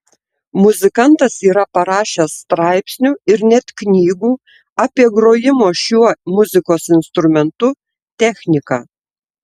muzikantas yra parašęs straipsnių ir net knygų apie grojimo šiuo muzikos instrumentu techniką